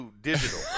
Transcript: Digital